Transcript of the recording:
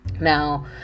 Now